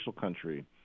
country